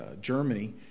Germany